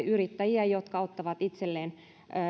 yrittäjiä jotka ottavat itselleen